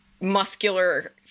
muscular